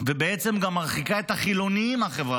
ובעצם גם מרחיק את החילונים מהחברה